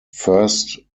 first